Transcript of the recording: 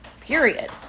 Period